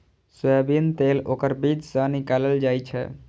soybean तेल ओकर बीज सं निकालल जाइ छै